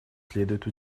следует